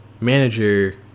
manager